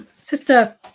Sister